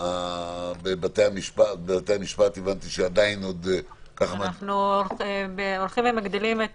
בבתי המשפט הבנתי שעדיין עוד --- אנחנו הולכים ומגדילים את